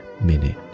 minute